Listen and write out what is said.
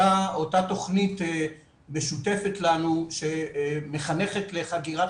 אותה תכנית משותפת לנו שמחנכת לחגירת